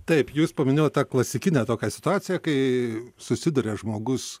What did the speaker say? taip jūs paminėjot tą klasikinę tokią situaciją kai susiduria žmogus